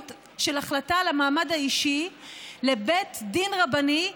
בהחלטה על המעמד האישי לבית דין רבני,